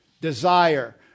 Desire